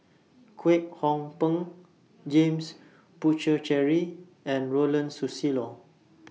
Kwek Hong Png James Puthucheary and Ronald Susilo